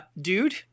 dude